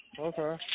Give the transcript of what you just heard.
Okay